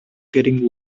getting